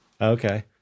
Okay